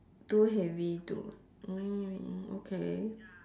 too heavy to orh okay